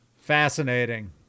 Fascinating